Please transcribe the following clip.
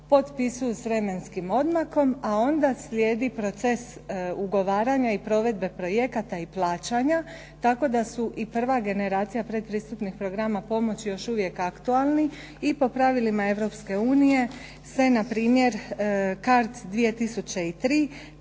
potpisuju s vremenskim odmakom, a onda slijedi proces ugovaranja i provedbe projekata i plaćanja tako da su i prva generacija pretpristupnih programa pomoći još uvijek aktualni i po pravilima Europske unije se npr.